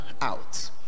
out